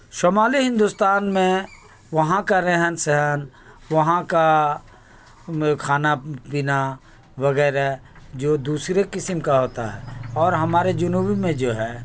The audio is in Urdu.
شمالی ہندوستان میں وہاں کا رہن سہن وہاں کا کھانا پینا وغیرہ جو دوسرے قسم کا ہوتا ہے اور ہمارے جنوبی میں جو ہے